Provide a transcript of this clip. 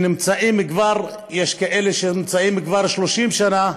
יש כאלה שנמצאים כבר 30 שנה,